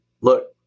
look